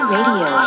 Radio